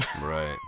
right